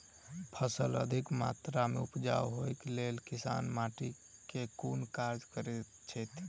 फसल अधिक मात्रा मे उपजाउ होइक लेल किसान माटि मे केँ कुन कार्य करैत छैथ?